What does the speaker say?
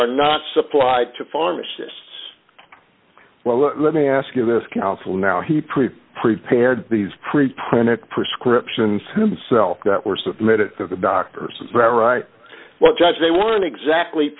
are not supplied to pharmacists well let me ask you this counsel now he pre prepared these preprinted prescriptions himself that were submitted to the doctors is that right well judge they weren't exactly